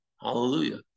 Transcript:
Hallelujah